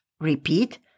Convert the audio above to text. Repeat